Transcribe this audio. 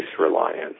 reliance